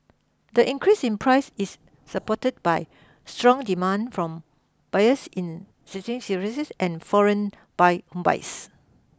the increase in price is supported by strong demand from buyers in and foreign buy buys